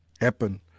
happen